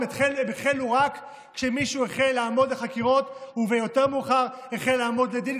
הן החלו רק כשמישהו החל לעמוד לחקירות ויותר מאוחר החל לעמוד לדין.